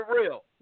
real